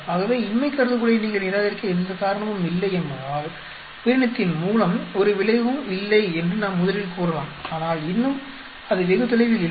ஆகவே இன்மைக் கருதுகோளை நீங்கள் நிராகரிக்க எந்த காரணமும் இல்லை என்பதால் உயிரினத்தின் மூலம் ஒரு விளைவும் இல்லை என்று நாம் முதலில் கூறலாம் ஆனால் இன்னும் அது வெகு தொலைவில் இல்லை